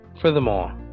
Furthermore